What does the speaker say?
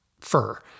fur